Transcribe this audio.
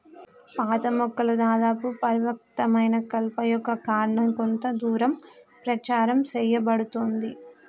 పాత మొక్కల దాదాపు పరిపక్వమైన కలప యొక్క కాండం కొంత దూరం ప్రచారం సేయబడుతుంది